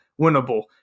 winnable